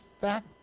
back